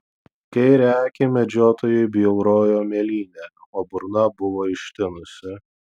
kairę akį medžiotojui bjaurojo mėlynė o burna buvo ištinusi